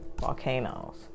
Volcanoes